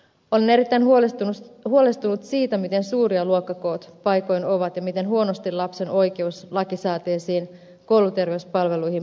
olen erittäin huolestunut siitä miten suuria luokkakoot paikoin ovat ja miten huonosti lapsen oikeus lakisääteisiin kouluterveyspalveluihin paikoin toteutuu